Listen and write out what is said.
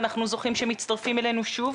ואנחנו זוכים שהם מצטרפים אלינו שוב.